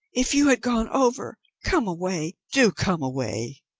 if you had gone over! come away, do come away!